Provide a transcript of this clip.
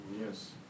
Yes